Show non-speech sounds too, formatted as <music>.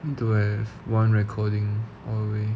need to have one recording or <noise>